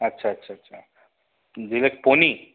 अच्छा अच्छा अच्छा डिलक्स पोनी